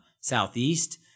Southeast